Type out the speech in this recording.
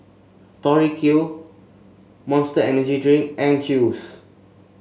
Tori Q Monster Energy Drink and Chew's